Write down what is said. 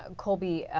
um colby,